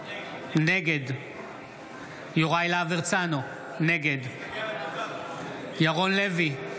נגד יוראי להב הרצנו, נגד ירון לוי,